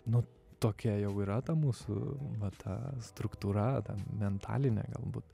nu tokia jau yra ta mūsų va ta struktūra ta mentalinė galbūt